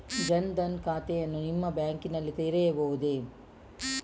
ಜನ ದನ್ ಖಾತೆಯನ್ನು ನಿಮ್ಮ ಬ್ಯಾಂಕ್ ನಲ್ಲಿ ತೆರೆಯಬಹುದೇ?